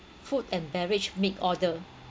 food and beverage make order